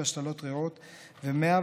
בהשתלת ריאות ו-110,